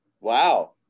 wow